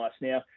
Now